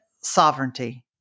sovereignty